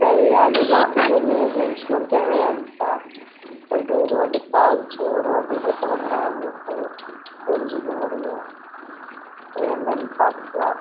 தேவையானது தான் இந்த மியூசியம்ஸெலாம் தேவையானது தான் போயிட்டு ஒரு வாட்டி பார்த்துட்டு ஒரு வாட்டி இது பண்ணிணோம்னா நம்மளுக்கு அது புரிஞ்சுக்க முடியும் என்னென்னு பார்த்துக்குலாம்